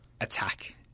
attack